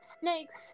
snakes